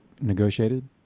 negotiated